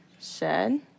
shed